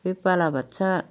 बे बालाबाथिया